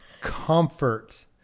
comfort